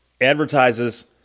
advertises